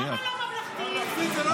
ממלכתית זה לא טוב.